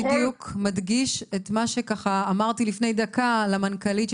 מדגיש את מה שאמרתי לפני דקה למנכ"לית של